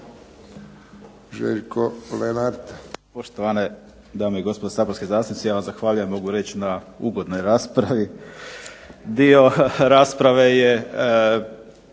Željko Lenard,